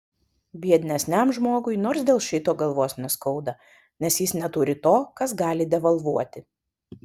biednesniam žmogui nors dėl šito galvos neskauda nes jis neturi to kas gali devalvuoti